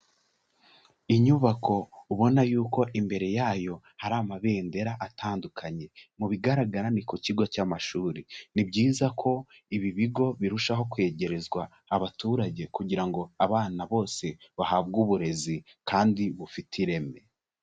Inyubako ubona yuko imbere yayo hari amabendera atandukanye, mu bigaragara ni ku kigo cy'amashuri, ni byiza ko ibi bigo birushaho kwegerezwa abaturage kugira ngo abana bose bahabwe uburezi kandi bufite ireme.